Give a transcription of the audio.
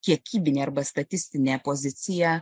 kiekybinė arba statistinė pozicija